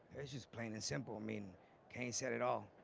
it's just plain and simple, i mean cain said it all,